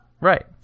Right